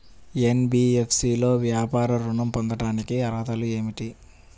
NBFC లో వ్యాపార ఋణం పొందటానికి అర్హతలు ఏమిటీ?